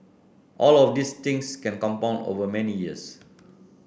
all of these things can compound over many years